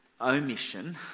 omission